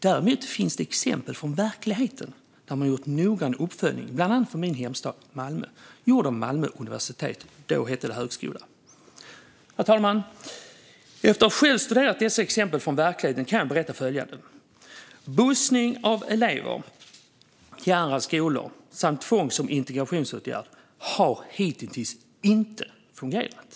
Däremot finns det exempel från verkligheten där man gjort noggrann uppföljning, bland annat i min hemstad Malmö, gjord av Malmö universitet, då Malmö högskola. Herr talman! Efter att själv ha studerat dessa exempel från verkligheten kan jag berätta följande: Bussning av elever till andra skolor samt tvång som integrationsåtgärd har hittills inte fungerat.